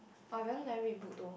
oh I very long never read book though